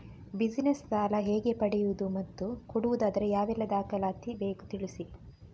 Business ಸಾಲ ಹೇಗೆ ಪಡೆಯುವುದು ಮತ್ತು ಕೊಡುವುದಾದರೆ ಯಾವೆಲ್ಲ ದಾಖಲಾತಿ ಬೇಕು ತಿಳಿಸಿ?